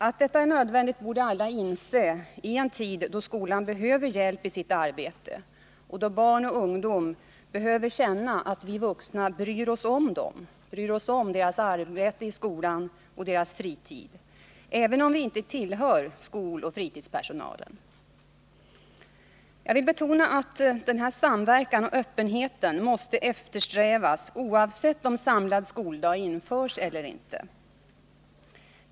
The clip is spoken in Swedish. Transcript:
Att detta är nödvändigt borde alla inse i en tid då skolan behöver hjälp i sitt arbete och då barn och ungdom behöver känna att vi vuxna bryr oss om dem och deras skolarbete och fritid, även om vi inte tillhör skoloch fritidspersonalen. Jag vill betona att denna samverkan och öppenhet måste eftersträvas oavsett om samlad skoldag införs eller inte.